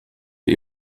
wie